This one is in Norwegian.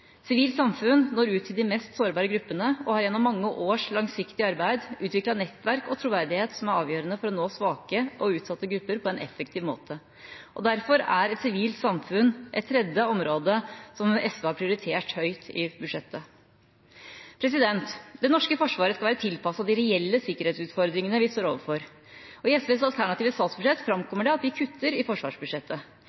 Sivilt samfunn når ut til de mest sårbare gruppene og har gjennom mange års langsiktig arbeid utviklet nettverk og troverdighet som er avgjørende for å nå svake og utsatte grupper på en effektiv måte. Derfor er sivilsamfunn et tredje område som SV har prioritert høyt i budsjettet. Det norske forsvaret skal være tilpasset de reelle sikkerhetsutfordringene vi står overfor. I SVs alternative statsbudsjett framkommer det at vi kutter i forsvarsbudsjettet.